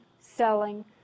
selling